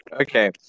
Okay